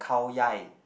Khao-Yai